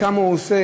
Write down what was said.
כמה הוא עושה,